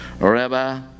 Rabbi